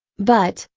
but,